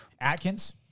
Atkins